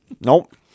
nope